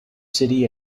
city